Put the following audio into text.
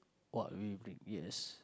what we bring yes